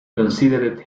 considered